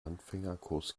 anfängerkurs